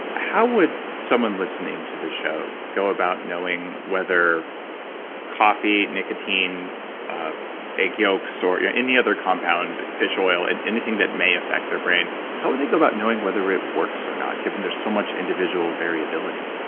how would someone listening to the show go about knowing whether coffee, nicotine egg yolks, or any other compound, fish oil, and anything that may affect their brain, how would they go about knowing whether it works or not, given there's so much individual variability?